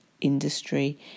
industry